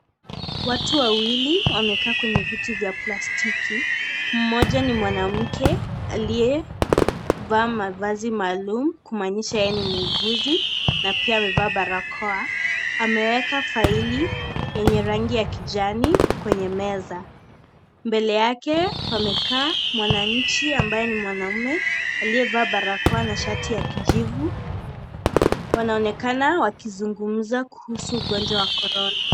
Watu wawili, wamekaa kwenye viti vya plastiki. Mmoja ni mwanamke aliyevaa mavazi maalum kumanisha yeye ni muuguzi na pia amevaa balakoa, ameweka faili yenye rangi ya kijani kwenye meza. Mbele yake pamekaa mwanainchi ambaye ni mwanamume ,aliyevaa balakoa na shati ya kijivu. Wanaonekana wakizungumza kuhusu ugonjwa wa korona.